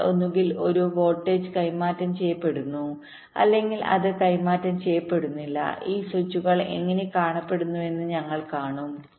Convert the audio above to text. അതിനാൽ ഒന്നുകിൽ ഒരു വോൾട്ടേജ് കൈമാറ്റം ചെയ്യപ്പെടുന്നു അല്ലെങ്കിൽ അത് കൈമാറ്റം ചെയ്യപ്പെടുന്നില്ല ഈ സ്വിച്ചുകൾ എങ്ങനെ കാണപ്പെടുന്നുവെന്ന് ഞങ്ങൾ കാണും